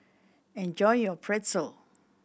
enjoy your Pretzel